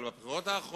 אבל בבחירות האחרונות